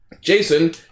Jason